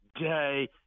day